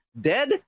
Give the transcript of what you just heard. dead